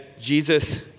Jesus